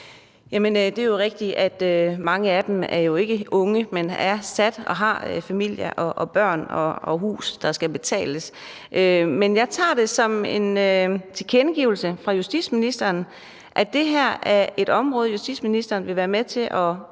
Det er rigtigt, at mange af dem jo ikke er unge, men har familie og børn og hus, der skal betales. Men jeg tager det som en tilkendegivelse fra justitsministeren af, at det her er et område, justitsministeren i hvert fald vil